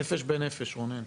נפש בנפש, רונן.